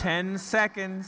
ten second